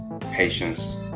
patience